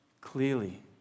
clearly